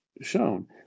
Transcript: shown